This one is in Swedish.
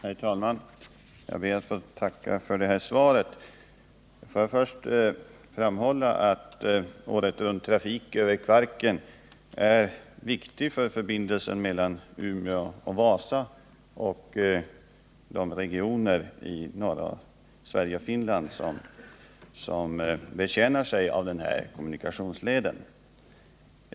Herr talman! Jag ber att få tacka för svaret. Får jag först framhålla att åretrunttrafik över Kvarken är viktig för förbindelsen mellan Umeå och Vasa och de regioner i norra Sverige och norra Finland som betjänar sig av denna kommunikationsled.